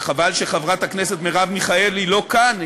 חבל שחברת הכנסת מרב מיכאלי לא כאן,